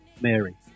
Mary